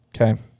okay